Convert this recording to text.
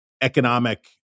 economic